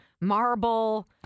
marble